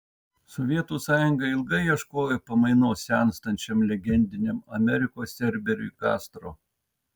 sovietų sąjunga ilgai ieškojo pamainos senstančiam legendiniam amerikos cerberiui kastro